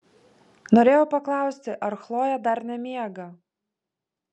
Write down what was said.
norėjau paklausti ar chlojė dar nemiega